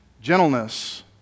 gentleness